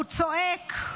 הוא צועק.